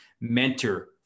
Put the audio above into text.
mentor